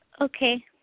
Okay